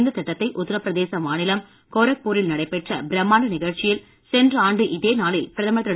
இந்தத் திட்டத்தை உத்தரப்பிரதேச மாநிலம் கோரக்பூரில் நடைபெற்ற பிரம்மாண்ட நிகழ்ச்சியில் சென்ற ஆண்டு இதே நாளில் பிரதமர் திரு